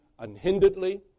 unhinderedly